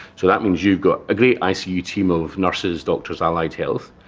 so that means you've got a great icu team of nurses, doctors, allied health,